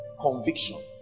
Conviction